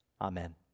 Amen